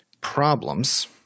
problems